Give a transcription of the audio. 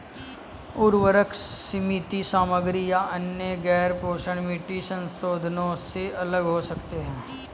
उर्वरक सीमित सामग्री या अन्य गैरपोषक मिट्टी संशोधनों से अलग हो सकते हैं